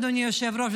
אדוני היושב-ראש.